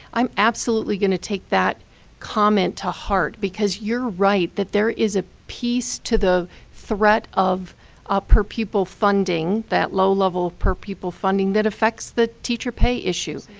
i'm absolutely going to take that comment to heart. because you're right, there is a piece to the threat of ah per pupil funding, that low-level per pupil funding that affects the teacher pay issue.